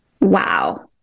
wow